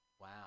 Wow